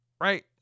Right